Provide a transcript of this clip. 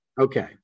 Okay